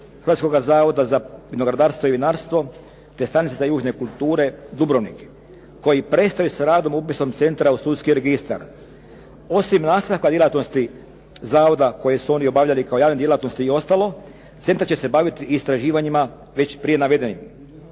Hrvatskoga zavoda za vinogradarstvo i vinarstvo, te stanice sa južne kulture Dubrovnik koji prestaju sa radom upisom centra u sudski registar. Osim …/Govornik se ne razumije./… djelatnosti zavoda koje su oni obavljali kao javne djelatnosti i ostalo, centar će se baviti istraživanjima već prije navedenim.